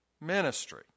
ministry